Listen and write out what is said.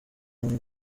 kandi